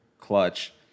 clutch